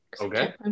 Okay